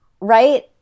right